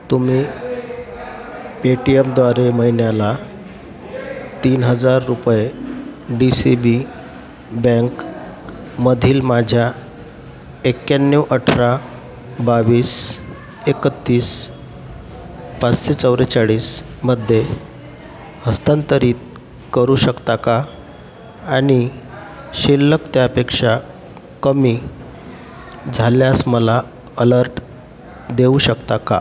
तुम्ही पेटीयमद्वारे महिन्याला तीन हजार रुपये डी सी बी बँकमधील माझ्या एक्याण्णव अठरा बावीस एकतीस पाचशे चव्वेचाळीसमध्ये हस्तांतरित करू शकता का आणि शिल्लक त्यापेक्षा कमी झाल्यास मला अलर्ट देऊ शकता का